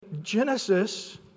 Genesis